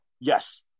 yes